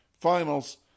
finals